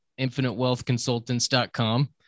infinitewealthconsultants.com